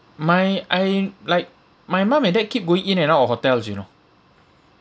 my I like my mum and dad keep going in and out of hotels you know